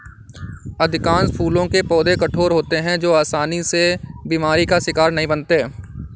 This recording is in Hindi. अधिकांश फूलों के पौधे कठोर होते हैं जो आसानी से बीमारी का शिकार नहीं बनते